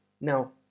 now